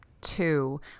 two